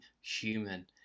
human